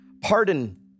pardon